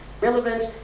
relevant